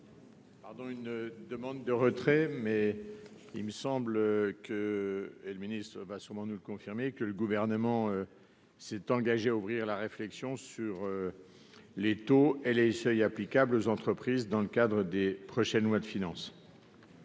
en discussion commune ? Il me semble que le Gouvernement s'est engagé à ouvrir la réflexion sur les taux et les seuils applicables aux entreprises dans le cadre de la prochaine loi de finances.